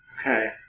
Okay